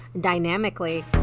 Dynamically